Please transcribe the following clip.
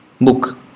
book